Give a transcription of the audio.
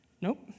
nope